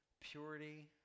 purity